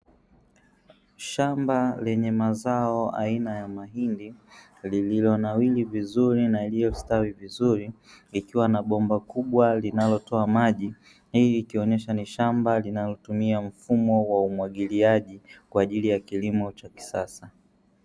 Shamba lenye mazao aina ya mahindi lililonawiri vizuri na yaliyostawi vizuri, likiwa na bomba kubwa linalotoa maji. Hii ikionyesha ni shamba linalotumia mfumo wa umwagiliaji kwa ajili ya kilimo cha kisasa.